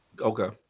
Okay